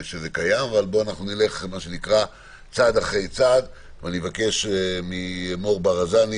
נלך צעד אחרי צעד ואני מבקש ממור ברזני,